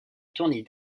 tournée